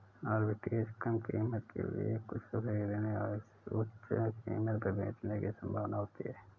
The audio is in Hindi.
आर्बिट्रेज कम कीमत के लिए कुछ खरीदने और इसे उच्च कीमत पर बेचने की संभावना होती है